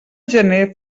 gener